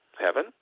heaven